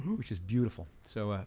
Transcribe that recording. which is beautiful. so,